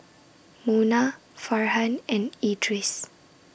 Munah Farhan and Idris